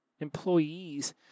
employees